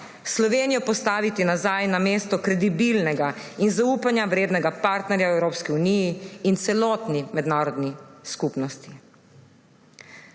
Slovenijo postaviti nazaj na mesto kredibilnega in zaupanja vrednega partnerja Evropski uniji in celotni mednarodni skupnosti.